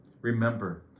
Remember